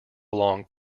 along